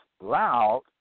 loud